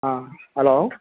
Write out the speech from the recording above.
hello